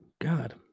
God